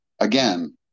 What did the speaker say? again